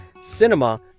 cinema